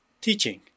teaching